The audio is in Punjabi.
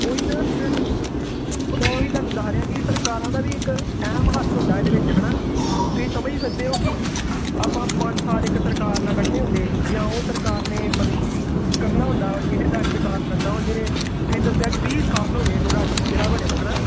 ਉਹ ਹੀ ਨਾ ਮੈਂ ਮੈਂ ਉਹ ਹੀ ਤੁਹਾਨੂੰ ਦੱਸ ਰਿਹਾ ਕਿ ਸਰਕਾਰਾਂ ਦਾ ਵੀ ਇੱਕ ਅਹਿਮ ਹੱਥ ਹੁੰਦਾ ਇਹਦੇ ਵਿੱਚ ਹੈ ਨਾ ਤੁਸੀਂ ਸਮਝ ਹੀ ਸਕਦੇ ਹੋ ਕਿ ਆਪਾਂ ਪੰਜ ਸਾਲ ਇੱਕ ਸਰਕਾਰ ਨਾਲ ਕੱਢਣੇ ਹੁੰਦੇ ਜਾਂ ਉਹ ਸਰਕਾਰ ਨੇ ਮਤਲਬ ਕੀ ਕਰਨਾ ਹੁੰਦਾ ਉਹ ਜ਼ਿਲ੍ਹੇ ਦਾ ਵਿਕਾਸ ਕਰਨਾ ਹੁਣ ਜਿਵੇਂ ਤੁਸੀਂ ਦੱਸਿਆ ਕਿ ਵੀਹ ਸਾਲ ਹੋ ਗਏ ਇਹਨੂੰ ਰਾ ਜ਼ਿਲ੍ਹਾ ਬਣੇ ਨੂੰ ਹੈ ਨਾ